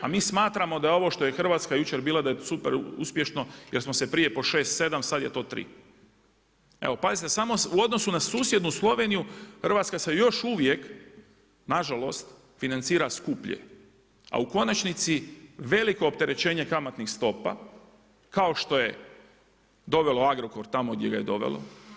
A mi smatramo da je ovo što je Hrvatska jučer bila da je super uspješno, jer smo se prije po 6,7 sad je to 3. Evo, pazite, samo, u odnosu na susjednu Sloveniju, Hrvatska se još uvijek, nažalost, financira skuplje, a u konačnici, veliko opterećenje kamatnih stopa, kao što je dovelo Agrokor tamo gdje ga je dovelo.